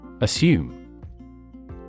Assume